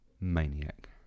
maniac